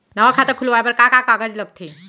नवा खाता खुलवाए बर का का कागज लगथे?